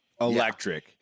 electric